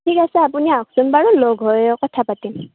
ঠিক আছে আপুনি আহকচোন বাৰু লগ হৈ কথা পাতিম